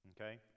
okay